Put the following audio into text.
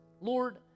Lord